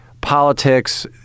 politics